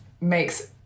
makes